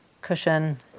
cushion